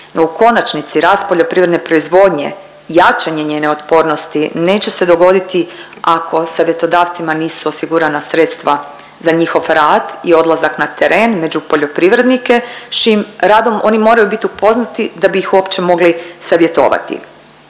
u konačnici rast poljoprivredne proizvodnje i jačanje njene otpornosti neće se dogoditi ako savjetodavcima nisu osigurana sredstva za njihov rad i odlazak na teren među poljoprivrednike s čijim radom oni moraju bit upoznati da bi ih uopće mogli savjetovati.